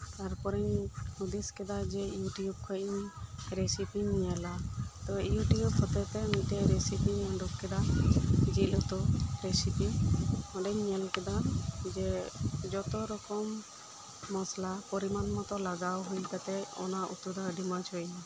ᱛᱟᱨ ᱯᱚᱨᱮᱧ ᱦᱩᱫᱤᱥ ᱠᱮᱫᱟ ᱡᱮ ᱤᱧ ᱤᱭᱩ ᱴᱤᱭᱩᱵᱽ ᱠᱷᱚᱡ ᱤᱧ ᱨᱮᱥᱤᱯᱤᱧ ᱧᱮᱞᱟ ᱛᱚ ᱤᱭᱩ ᱴᱤᱭᱩᱵᱽ ᱦᱚᱛᱮ ᱛᱮ ᱢᱤᱫᱴᱮᱱ ᱨᱮᱥᱤᱯᱤᱧ ᱩᱰᱩᱠ ᱠᱮᱫᱟ ᱡᱤᱞ ᱩᱛᱩ ᱨᱮᱥᱤᱯᱤ ᱚᱸᱰᱮᱧ ᱧᱮᱞ ᱠᱮᱫᱟ ᱡᱮ ᱡᱚᱛᱚ ᱨᱚᱠᱚᱢ ᱢᱚᱥᱞᱟ ᱯᱚᱨᱤᱢᱟᱱ ᱢᱚᱛᱚ ᱞᱟᱜᱟᱣ ᱦᱩᱭ ᱠᱟᱛᱮᱫ ᱚᱱᱟ ᱩᱛᱩ ᱫᱚ ᱟᱹᱰᱤ ᱢᱚᱸᱡᱽ ᱦᱩᱭ ᱮᱱᱟ